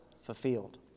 fulfilled